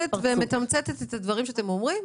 אם אני משקפת את הדברים שאתם אומרים,